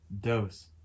Dose